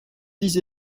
these